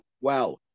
wow